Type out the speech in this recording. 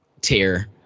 tier